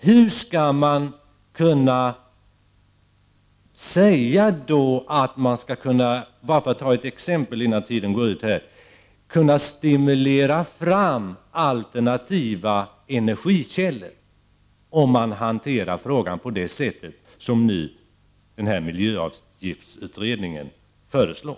Hur skall man, bara för att ta ett exempel, kunna stimulera fram användande av alternativa energikällor, om man hanterar frågan på det sätt som miljöavgiftsutredningen föreslår?